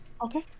Okay